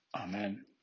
Amen